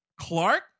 Clark